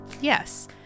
Yes